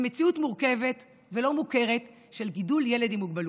למציאות מורכבת ולא מוכרת של גידול ילד עם מוגבלות.